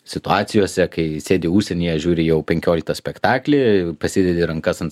situacijose kai sėdi užsienyje žiūri jau penkioliktą spektaklį pasidedi rankas ant